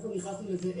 אנחנו נכנסנו לזה,